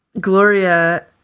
Gloria